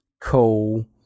cool